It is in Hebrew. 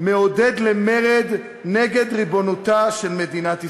מעודד למרד נגד ריבונותה של מדינת ישראל.